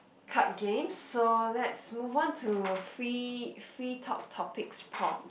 card game so let's move on to free free talk topics prompts